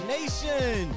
Nation